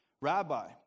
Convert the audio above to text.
Rabbi